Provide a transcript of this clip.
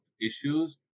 issues